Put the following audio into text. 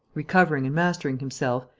recovering and mastering himself,